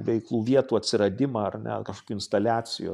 veiklų vietų atsiradimą ar ne kažkokių instaliacijų